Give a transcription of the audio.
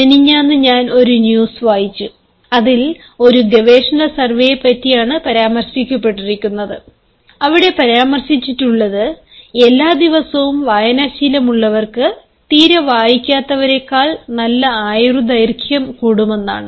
മിനിഞ്ഞാന്ന്ഞാൻ ഒരു ന്യൂസ്സ് വായിച്ചു അതിൽ ഒരു ഗവേഷണ സർവേയെ പറ്റിയാണ് പരാമർശിക്കപ്പെട്ടിരുന്നത് അവിടെ പരാമർശിച്ചിട്ടുള്ളത് എല്ലാ ദിവസവും വയനാശീലമുള്ളവർക്ക് തീരെ വായിക്കാത്തവരേക്കാൾ നല്ല ആയുർദൈർഘ്യം കൂടുമെന്നാണ്